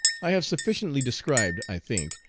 i have sufficiently described, i think,